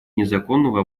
незаконного